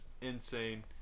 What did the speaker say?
insane